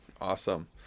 awesome